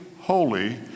holy